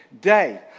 day